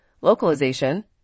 localization